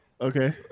Okay